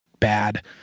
Bad